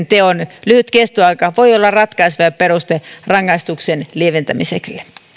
teon lyhyt kestoaika voi olla ratkaiseva peruste rangaistuksen lieventämiselle